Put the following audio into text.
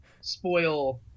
spoil